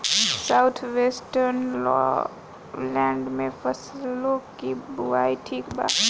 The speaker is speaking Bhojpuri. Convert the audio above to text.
साउथ वेस्टर्न लोलैंड में फसलों की बुवाई ठीक बा?